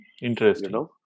Interesting